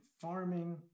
farming